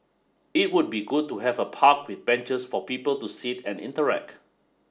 it would be good to have a park with benches for people to sit and interact